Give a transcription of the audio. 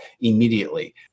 immediately